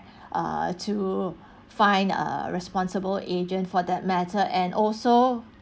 uh to find a responsible agent for that matter and also